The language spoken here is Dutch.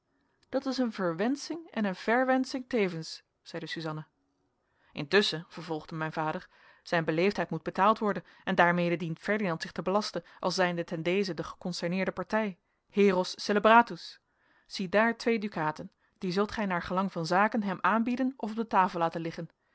dat is een verwénsching en een vérwensching tevens zeide suzanna intusschen vervolgde mijn vader zijn beleefdheid moet betaald worden en daarmede dient ferdinand zich te belasten als zijnde ten deze de geconcerneerde partij heros celebratus zie daar twee dukaten die zult gij naargelang van zaken hem aanbieden of op de tafel laten liggen